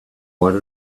want